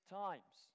times